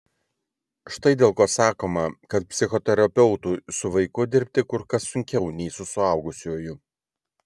štai dėl ko sakoma kad psichoterapeutui su vaiku dirbti kur kas sunkiau nei su suaugusiuoju